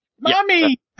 Mommy